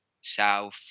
south